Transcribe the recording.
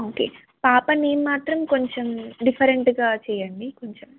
okay పాప name మాత్రం కొంచెం డిఫరెంట్గా చేయండి కొంచెం